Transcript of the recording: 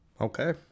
okay